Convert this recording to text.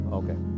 okay